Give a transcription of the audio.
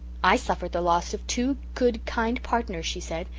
i suffered the loss of two good kind partners she said,